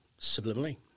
subliminally